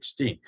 2016